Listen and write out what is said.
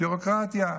ביורוקרטיה.